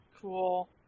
Cool